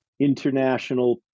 international